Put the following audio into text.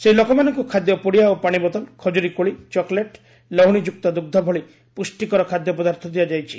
ସେହି ଲୋକମାନଙ୍କୁ ଖାଦ୍ୟ ପୁଡ଼ିଆ ଓ ପାଣିବୋତଲ ଖକୁରିକୋଳି ଚକୋଲେଟ ଲହୁଣି ଯୁକ୍ତ ଦୁଗ୍ର ଭଳି ପୁଷ୍ଟିକର ଖାଦ୍ୟପଦାର୍ଥ ଦିଆଯାଇଛି